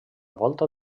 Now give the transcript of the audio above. volta